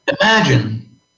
imagine